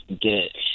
get